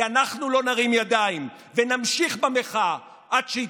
כי אנחנו לא נרים ידיים, ונמשיך במחאה עד שיתפטר.